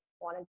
wanted